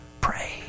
pray